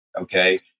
Okay